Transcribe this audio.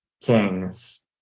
Kings